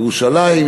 ירושלים,